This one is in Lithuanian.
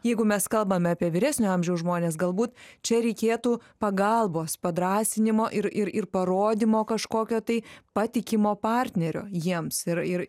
jeigu mes kalbame apie vyresnio amžiaus žmones galbūt čia reikėtų pagalbos padrąsinimo ir ir ir parodymo kažkokio tai patikimo partnerio jiems ir ir